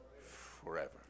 forever